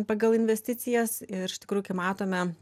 pagal investicijas ir iš tikrųjų kaip matome